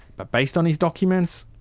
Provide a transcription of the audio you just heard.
but based on his documents,